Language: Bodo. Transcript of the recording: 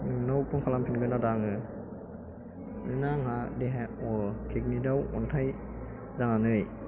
नोंनाव फन खालामफिनगोन आदा आङो ओरैनो आंहा देहाया अ किडनीयाव अन्थाइ जानानै